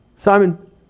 Simon